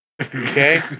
Okay